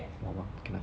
one more cannot ah